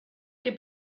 que